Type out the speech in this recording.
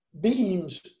beams